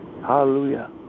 Hallelujah